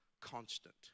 constant